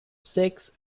six